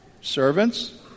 Servants